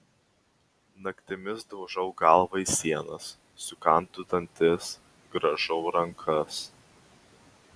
naktimis daužau galvą į sienas sukandu dantis grąžau rankas